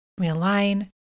realign